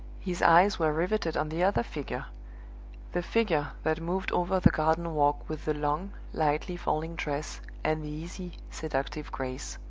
his eyes were riveted on the other figure the figure that moved over the garden walk with the long, lightly falling dress and the easy, seductive grace.